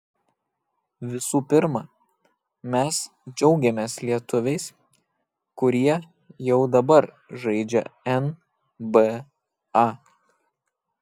visų pirma mes džiaugiamės lietuviais kurie jau dabar žaidžia nba